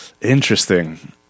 Interesting